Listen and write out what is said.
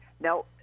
Now